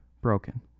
broken